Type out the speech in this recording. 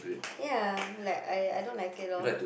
ya like I I don't like it lor